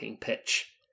pitch